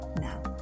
Now